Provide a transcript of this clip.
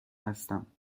هستم